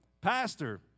Pastor